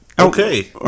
Okay